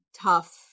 tough